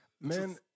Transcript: Man